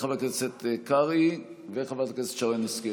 חבר הכנסת קרעי וחברת הכנסת שרן השכל,